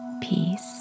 peace